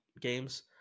games